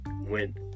went